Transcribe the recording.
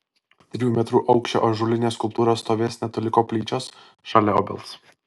trijų metrų aukščio ąžuolinė skulptūra stovės netoli koplyčios šalia obels